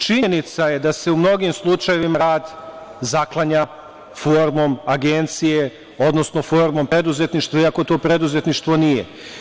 Činjenica je da se u mnogim slučajevima rad zaklanja formom agencije, odnosno formom preduzetništva, iako to preduzetništvo nije.